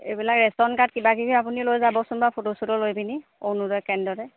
এইবিলাক ৰেচন কাৰ্ড কিবাকিবি আপুনি লৈ যাবচোন বাৰু ফটো চটো লৈ পিনি অৰুণোদয় কেন্দ্ৰলৈ